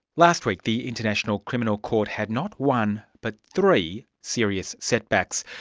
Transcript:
last week, the international criminal court had not one but three serious setbacks.